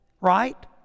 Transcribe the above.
Right